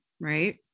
right